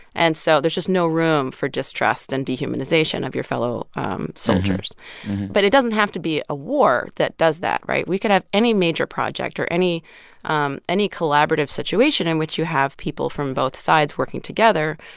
and so there's just no room for distrust and dehumanization of your fellow soldiers but it doesn't have to be a war that does that, right? we could have any major project or any um any collaborative situation in which you have people from both sides working together.